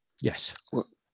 Yes